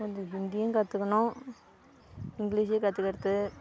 கொஞ்சம் ஹிந்தியும் கற்றுக்குணும் இங்கிலிஷு கற்றுக்கறது